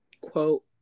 quote